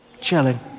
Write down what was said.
chilling